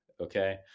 okay